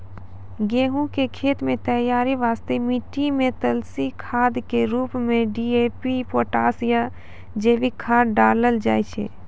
गहूम के खेत तैयारी वास्ते मिट्टी मे तरली खाद के रूप मे डी.ए.पी पोटास या जैविक खाद डालल जाय छै